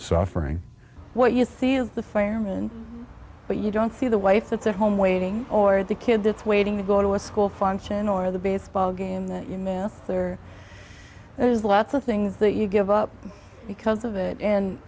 suffering what you see is the firemen but you don't see the wife at their home waiting or the kids this waiting to go to a school function or the baseball game that you know they're there's lots of things that you give up because of it and